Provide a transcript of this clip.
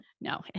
No